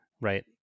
right